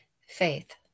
Faith